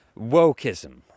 Wokeism